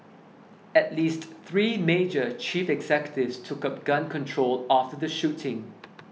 at least three major chief executives took up gun control after the shooting